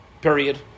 Period